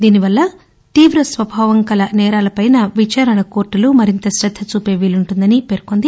దీనివల్ల తీవ స్వభావంగల నేరాలపై విచారణ కోర్టులు మరింత శ్రద్ద చూపే వీలుంటుందని పేర్కొంది